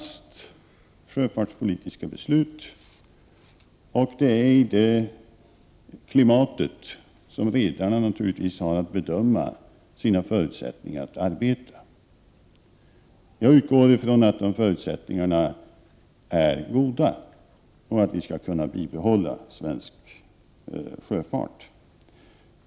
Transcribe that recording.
Sjöfartspolitiska beslut har nu fattats, och det är i detta klimat som redarna får bedöma sina förutsättningar att arbeta. Jag utgår från att dessa förutsättningar är goda och att svensk sjöfart skall kunna bibehållas.